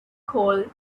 called